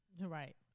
Right